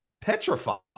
petrified